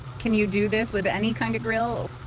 can you do this with any kind of grill?